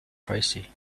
tracy